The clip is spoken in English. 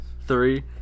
Three